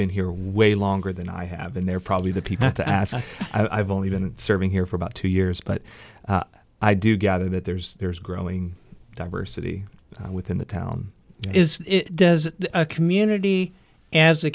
been here way longer than i have and they're probably the people to ask i've only been serving here for about two years but i do gather that there's there's growing diversity within the town is does a community as